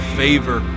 favor